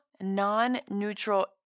non-neutral